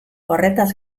horretaz